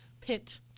pit